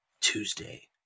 Tuesday